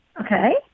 Okay